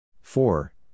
four